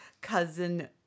cousin